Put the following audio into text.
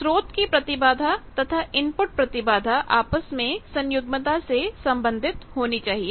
स्रोत की प्रतिबाधा तथा इनपुट प्रतिबाधा आपस में सन्युग्मता से संबंधित होनी चाहिए